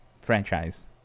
franchise